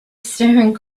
staring